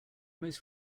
most